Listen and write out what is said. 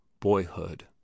Boyhood